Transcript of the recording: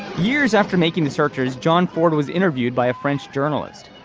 years after making the searchers john ford was interviewed by a french journalist.